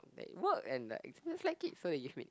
like it work and like just like it so if it